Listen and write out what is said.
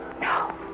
No